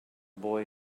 boy